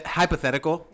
hypothetical